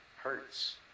hurts